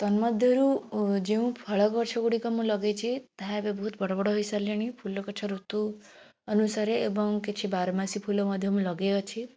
ତନ୍ମଧ୍ୟରୁ ଯେଉଁଫଳ ଗଛ ଗୁଡ଼ିକ ମୁଁ ଲଗେଇଛି ତାହା ଏବେ ବହୁତ୍ ବଡ଼ବଡ଼ ହେଇସାରିଲେଣି ଫୁଲଗଛ ଋତୁ ଅନୁସାରେ ଏବଂ କିଛି ବାରମାସୀ ଫୁଲମଧ୍ୟ ମୁଁ ଲଗାଇଅଛି